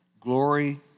glory